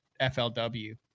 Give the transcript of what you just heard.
flw